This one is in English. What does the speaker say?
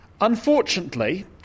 Unfortunately